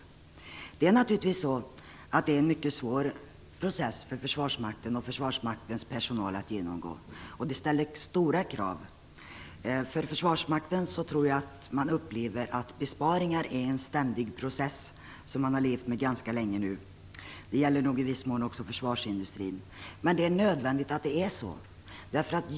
Detta innebär naturligtvis att Försvarsmakten och dess personal har en mycket svår process att genomgå, som ställer stora krav. Jag tror att man inom Försvarsmakten upplever att besparingarna utgör en ständig process, och man har levt med den ganska länge. Det gäller nog också i viss mån för försvarsindustrin. Men det är nödvändigt att det är så.